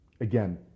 again